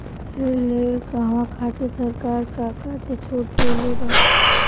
ऋण लेवे कहवा खातिर सरकार का का छूट देले बा?